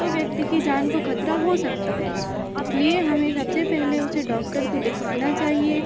तो व्यक्ति की जान को खतरा हो सकता है इसलिए हमें सबसे पहले उसे डॉक्टर को दिखाना चाहिए